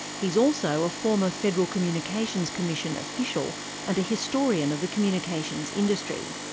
he's also a former federal communications commission official and a historian of the communications industry.